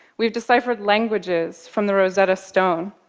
we've deciphered languages from the rosetta stone.